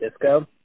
Disco